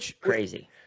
crazy